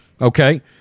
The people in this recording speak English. Okay